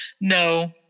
No